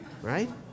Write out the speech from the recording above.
Right